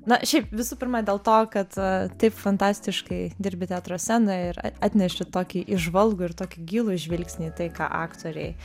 na šiaip visų pirma dėl to kad taip fantastiškai dirbi teatro scenoj ir atneši tokį įžvalgų ir tokį gilų žvilgsnį į tai ką aktoriai